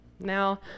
Now